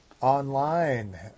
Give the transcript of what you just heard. Online